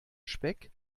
speck